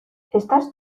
estás